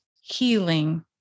healing